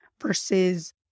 versus